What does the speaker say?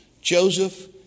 Joseph